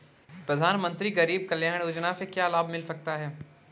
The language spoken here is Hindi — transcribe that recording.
प्रधानमंत्री गरीब कल्याण योजना से क्या लाभ मिल सकता है?